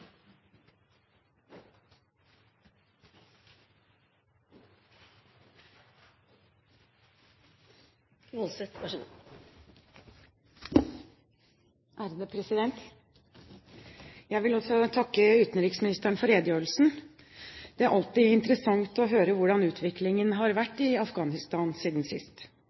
redegjørelsen. Det er alltid interessant å høre hvordan utviklingen har vært i Afghanistan siden sist.